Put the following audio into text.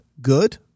good